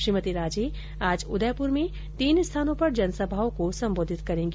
श्रीमती राजे आज उदयपुर में तीन स्थानों पर जनसभाओं को संबोधित करेंगी